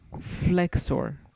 Flexor